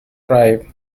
tribe